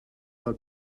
del